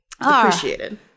appreciated